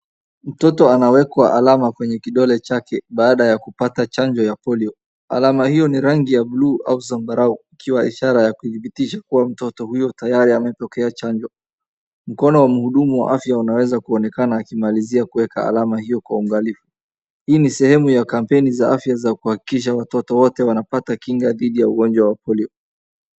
Mtoto anawekwa alama kwenye kidole chake baada ya kupata chanjo ya polio. Alama hiyo ni rangi ya bluu au zambarau, ikiwa ishara ya kuthibitisha kuwa mtoto huyo tayari amepokea chanjo. Mkono wa muhudumu wa afya unaweza kuonekana akimalizia kuweka alama hiyo kwa uangalifu. Hii ni sehemu ya kampeni za afya za kuhakikisha watoto wote wanapata kinga dhidi ya ugonjwa wa polio.